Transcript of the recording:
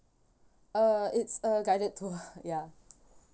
uh it's a guided tour ya